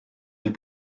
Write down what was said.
were